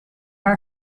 are